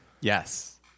Yes